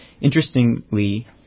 Interestingly